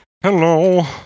Hello